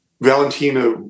Valentina